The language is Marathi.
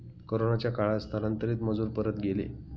कोरोनाच्या काळात स्थलांतरित मजूर परत गेले